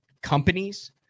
companies